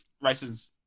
races